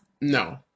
No